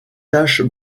taches